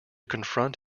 confront